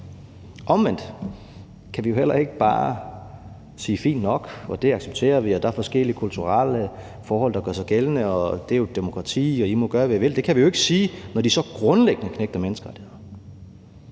Omvendt kan vi jo heller ikke bare sige, at det er fint nok, og at vi accepterer det, for der er forskellige kulturelle forhold, der gør sig gældende, og det er jo et demokrati, og de må gøre, hvad de vil. Det kan vi ikke sige, når de så grundlæggende knægter menneskerettighederne.